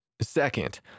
Second